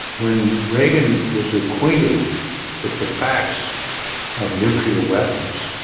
when reagan was acquainted with the facts of nuclear weapons,